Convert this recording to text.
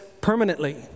permanently